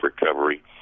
recovery